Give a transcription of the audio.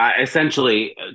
essentially